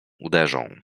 uderzą